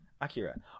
Akira